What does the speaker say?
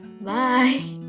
Bye